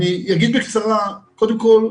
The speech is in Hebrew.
קודם כל,